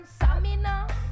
Samina